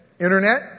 Internet